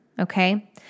Okay